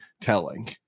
telling